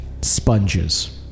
sponges